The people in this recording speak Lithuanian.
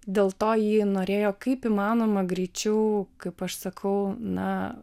dėl to jį ir norėjo kaip įmanoma greičiau kaip aš sakau na